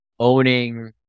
Owning